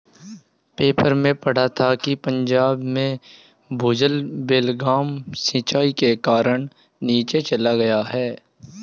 paper में पढ़ा था कि पंजाब में भूजल बेलगाम सिंचाई के कारण बहुत नीचे चल गया है